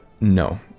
no